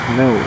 no